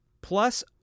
Plus